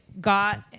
got